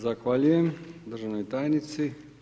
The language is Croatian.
Zahvaljujem državnoj tajnici.